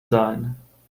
sein